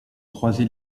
croisé